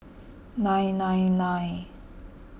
nine nine nine